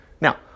Now